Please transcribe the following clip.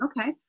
Okay